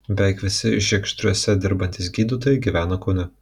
beveik visi žiegždriuose dirbantys gydytojai gyvena kaune